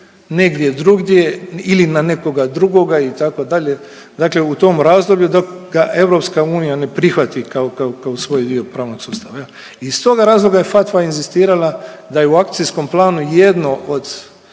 negdje drugdje ili na nekoga drugoga itd. dakle u tome razdoblju dok ga Europska unija ne prihvati kao, kao svoj dio pravnog sustava, jel. Iz toga razloga je FATFA inzistirala da je u akcijskom planu jedno od,